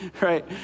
right